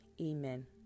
amen